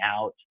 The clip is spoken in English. out